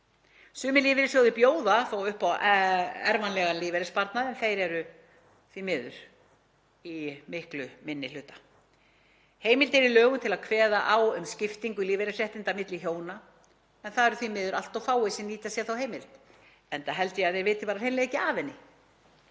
Sumir lífeyrissjóðir bjóða þó upp á erfanlegan lífeyrissparnað en þeir eru því miður í miklum minni hluta. Heimild er í lögum til að kveða á um skiptingu lífeyrisréttinda milli hjóna en það eru því miður allt of fáir sem nýta sér þá heimild, enda held ég að þeir viti hreinlega ekki af henni.